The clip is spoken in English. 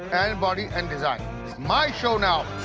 and body and design. it's my show now!